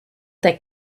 that